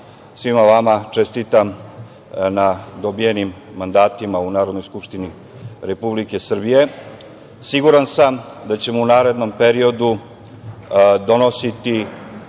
svima vama čestitam na dobijenim mandatima u Narodnoj skupštini Republike Srbije. Siguran sam da ćemo u narednom periodu donositi